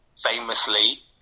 famously